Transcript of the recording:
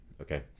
okay